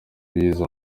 wize